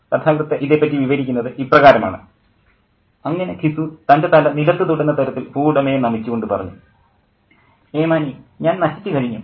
കഥാകൃത്ത് ഇതേപ്പറ്റി വിവരിക്കുന്നത് ഇപ്രകാരമാണ് അങ്ങനെ ഘിസു തൻ്റെ തല നിലത്തു തൊടുന്ന തരത്തിൽ ഭൂവുടമയെ നമിച്ചു കൊണ്ട് പറഞ്ഞു ഏമാനേ ഞാൻ നശിച്ചു കഴിഞ്ഞു